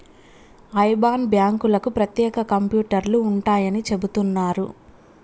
IBAN బ్యాంకులకు ప్రత్యేక కంప్యూటర్లు ఉంటాయని చెబుతున్నారు